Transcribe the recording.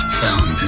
found